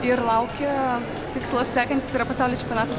ir laukia tikslas sekantis yra pasauliočempionatas